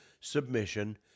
submission